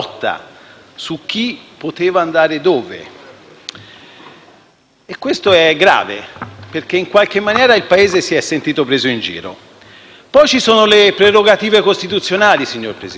su chi poteva andare dove. Questo è grave, perché in qualche maniera il Paese si è sentito preso in giro. Poi ci sono le prerogative costituzionali, signor Presidente.